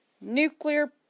Nuclear